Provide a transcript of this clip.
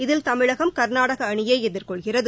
இதில் தமிழகம் கர்நாடக அணியை எதிர்கொள்கிறது